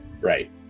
right